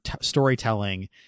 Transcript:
storytelling